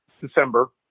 December